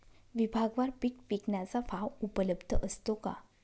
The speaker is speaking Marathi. विभागवार पीक विकण्याचा भाव उपलब्ध असतो का?